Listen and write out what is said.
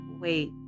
wait